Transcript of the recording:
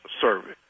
service